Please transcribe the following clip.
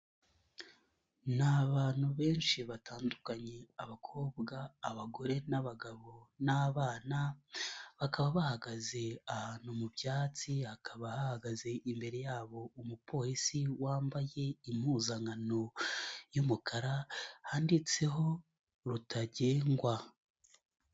Ni abantu benshi batandukanye, abakobwa, abagore n'abagabo, n'abana, bakaba bahagaze ahantu mu byatsi, hakaba hahagaze imbere yabo umupolisi wambaye impuzankano y'umukara handitseho Rutagengwa.